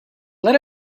let